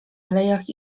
alejach